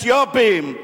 אתיופים,